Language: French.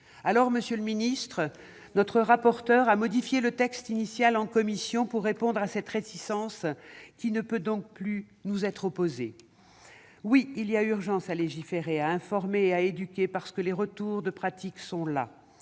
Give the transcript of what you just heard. pour un produit unique. Notre rapporteure a modifié le texte initial en commission pour répondre à cette réticence, qui ne peut donc plus nous être opposée. Oui, il y a urgence à légiférer, à informer et à éduquer, parce que les retours de pratique sont là